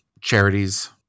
Charities